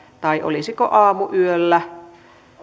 tai olisiko aamuyöllä vielä käydään